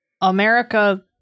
America